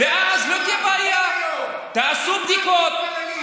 אנחנו כל היום מתפללים ופותחים את השמיים.